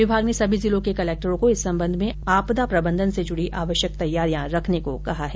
विभाग ने सभी जिलों के कलेक्टरों को इस संबंध में आपदा प्रबंधन से जुड़ी आवश्यक तैयारियां रखने को कहा है